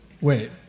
Wait